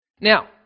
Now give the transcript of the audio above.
Now